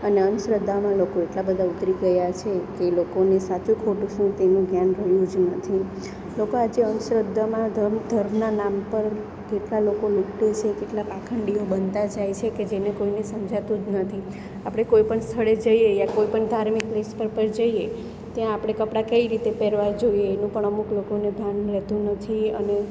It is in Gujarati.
અને અંધશ્રદ્ધામાં લોકો એટલા બધા ઉતરી ગયા છે કે એ લોકોને સાચું ખોટું શું તેનું ધ્યાન રહ્યું જ નથી લોકો આજે અંધશ્રદ્ધામાં ધર્મ ધર્મના નામ પર કેટલા લોકો લુંટે છે કેટલા પાખંડીઓ બનતા જાય છે કે જેને કોઈને સમજાતું જ નથી આપણે કોઈ પણ સ્થળે જઈએ યા કોઈ પણ ધાર્મિક પ્લેસ પર પર જઈએ ત્યાં આપણે કપડા કઈ રીતે પહેરવા જોઈએ એનું પણ અમુક લોકોને ભાન રહેતું નથી અને